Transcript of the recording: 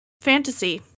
fantasy